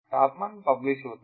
तापमान पब्लिश होता है